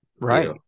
Right